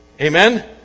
Amen